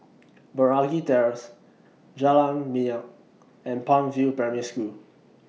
Meragi Terrace Jalan Minyak and Palm View Primary School